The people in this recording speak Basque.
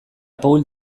paul